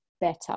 better